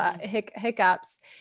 hiccups